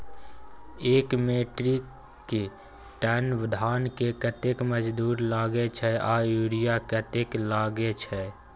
एक metric ton धान में कतेक मजदूरी लागे छै आर यूरिया कतेक लागे छै?